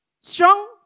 Strong